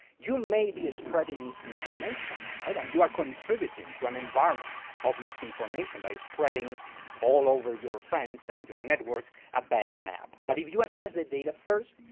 you may be spreading misinformation. and you are contributing to an environment of misinformation by spreading all over your friends and your networks, a bad map. but if you assess the data first,